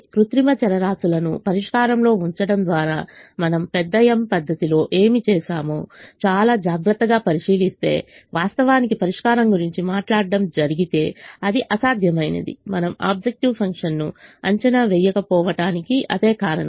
కృత్రిమ చరరాశులను పరిష్కారంలో ఉంచడం ద్వారా మనం పెద్ద m పద్ధతిలో ఏమి చేసామో చాలా జాగ్రత్తగా పరిశీలిస్తే వాస్తవానికి పరిష్కారం గురించి మాట్లాడటం జరిగితే అది అసాధ్యమైనదిమనం ఆబ్జెక్టివ్ ఫంక్షన్ను అంచనా వేయకపోవడం టానికి అదే కారణం